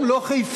גם לא חיפה.